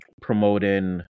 promoting